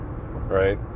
Right